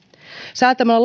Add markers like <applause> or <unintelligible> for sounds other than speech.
säätämällä <unintelligible>